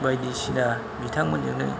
बायदिसिना बिथांमोनजोंनो